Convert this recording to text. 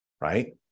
right